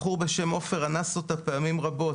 בחור בשם עופר אנס אותה פעמים רבות.